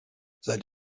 seit